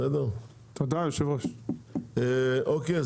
כולם